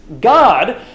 God